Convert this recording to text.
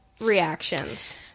reactions